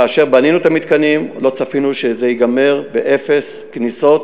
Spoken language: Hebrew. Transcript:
כאשר בנינו את המתקנים לא צפינו שזה ייגמר באפס כניסות,